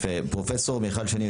פרופ' מיכל שני,